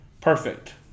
perfect